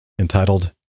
entitled